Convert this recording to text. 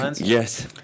Yes